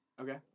Okay